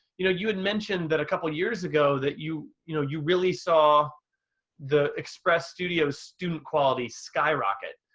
you know you had mentioned that a couple years ago that you you know you really saw the express studio student quality skyrocket.